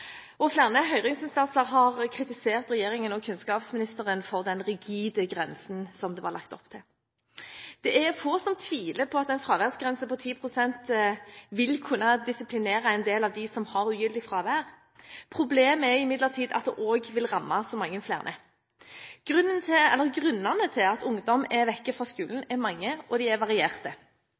protest. Flere høringsinstanser har kritisert regjeringen og kunnskapsministeren for den rigide grensen som det var lagt opp til. Det er få som tviler på at en fraværsgrense på 10 pst. vil kunne disiplinere en del av dem som har ugyldig fravær. Problemet er imidlertid at det vil ramme så mange flere. Grunnene til at ungdom er borte fra skolen, er mange og varierte. Noen av dem har ikke lyst til å møte til undervisningen, noen føler de